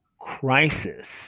crisis